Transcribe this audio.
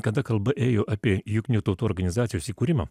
kada kalba ėjo apie jungtinių tautų organizacijos įkūrimą